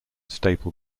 staple